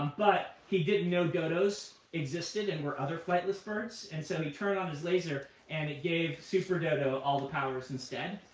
but he didn't know dodos existed and were other flightless birds. and so he turned on his laser, and it gave super dodo all the powers instead,